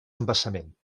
embassament